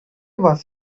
was